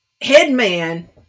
headman